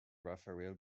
rafael